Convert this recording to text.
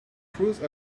cruised